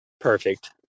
Perfect